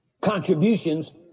contributions